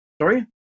Sorry